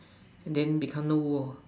and then become no war